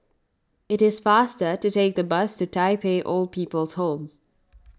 it is faster to take the bus to Tai Pei Old People's Home